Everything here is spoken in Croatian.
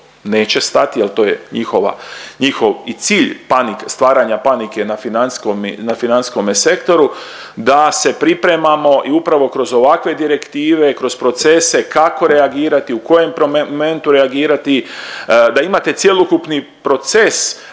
neće stati jer to je njihova, njihov i cilj, stvaranja panike na financijskom i na financijskome sektoru, da se pripremamo i upravo kroz ovakve direktive, kroz procese kako reagirati u kojem momentu reagirati, da imate cjelokupni proces